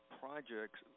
projects